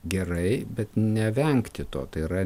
gerai bet nevengti to tai yra